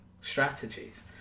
strategies